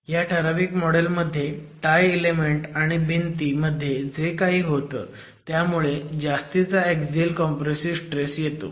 ह्या ठराविक मॉडेल मध्ये टाय इलेमेंट आणि भिंती मध्ये जे काही होतं त्यामुळे जास्तीचा ऍक्सिअल कॉम्प्रेसिव्ह स्ट्रेस येतो